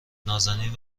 نازنین